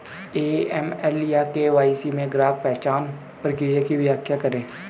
AML या KYC में ग्राहक पहचान प्रक्रिया की व्याख्या करें?